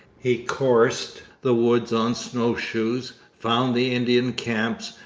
he coursed the woods on snow-shoes, found the indian camps,